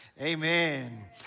Amen